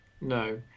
No